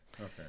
okay